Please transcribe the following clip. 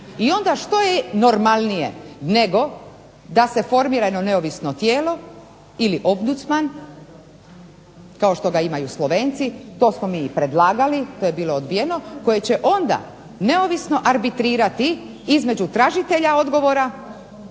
I onda što je normalnije nego da se formira jedno neovisno tijelo ili ombudsman kao što ga imaju Slovenci, to smo mi i predlagali, to je bilo odbijeno, koje će onda neovisno arbitrirati između tražitelja odgovora